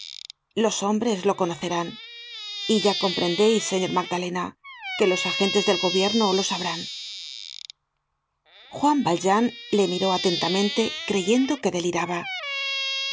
los hombres lo conocerán y ya comprendereis señor magdalena que los agentes del gobierno lo sabrán juan valjean le miró atentamente creyendo que deliraba